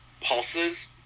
pulses